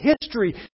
history